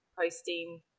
posting